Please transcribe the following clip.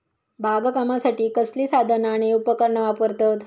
बागकामासाठी कसली साधना आणि उपकरणा वापरतत?